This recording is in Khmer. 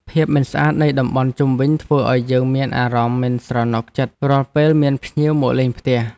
ភាពមិនស្អាតនៃតំបន់ជុំវិញធ្វើឱ្យយើងមានអារម្មណ៍មិនស្រណុកចិត្តរាល់ពេលមានភ្ញៀវមកលេងផ្ទះ។